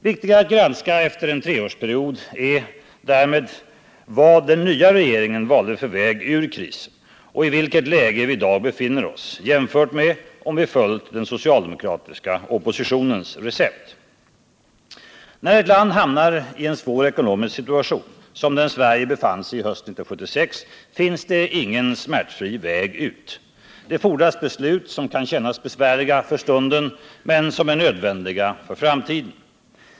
Viktigare att granska efter en treårsperiod är därmed vad den nya regeringen valde för väg ut ur krisen och i vilket läge vi i dag befinner oss jämfört med om vi följt den socialdemokratiska oppositionens recept. När ett land hamnar i en så svår ekonomisk situation som den Sverige befann sig i hösten 1976 finns ingen smärtfri väg ut. Det fordras beslut som kan kännas besvärliga för stunden men som är nödvändiga för framtiden.